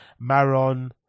Maron